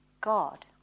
God